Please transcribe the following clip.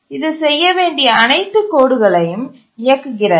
இது செய்ய வேண்டிய அனைத்து கோடுகளையும் இயக்குகிறது